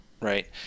right